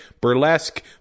burlesque